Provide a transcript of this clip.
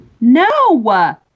No